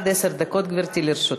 עד עשר דקות, גברתי, לרשותך.